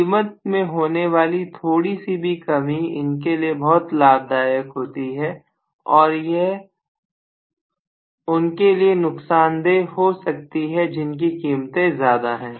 कीमत में होने वाली थोड़ी सी भी कमी इनके लिए बहुत लाभदायक होती है और यह उनके लिए नुकसानदेह हो सकती है जिनकी कीमतें ज्यादा है